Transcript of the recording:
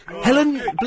Helen